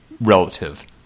relative